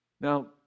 Now